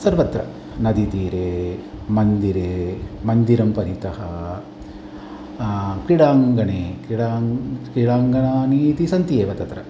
सर्वत्र नदीतीरे मन्दिरे मन्दिरं परितः क्रीडाङ्गणे क्रिडाङ् क्रीडाङ्गणानि इति सन्ति एव तत्र